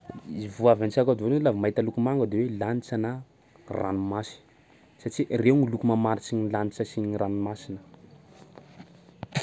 I- vo avy an-tsaiko ato voalohany laha vao mahita loko manga de hoe lanitra na ranomasy satsia reo ny loko mamaritsy ny lanitsa sy ny ranomasina.